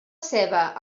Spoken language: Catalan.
ceba